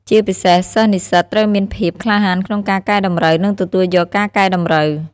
ជាពិសេសសិស្សនិស្សិតត្រូវមានភាព ក្លាហានក្នុងការកែតម្រូវ និងទទួលយកការកែតម្រូវ ។